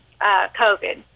COVID